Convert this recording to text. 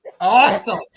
Awesome